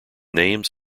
names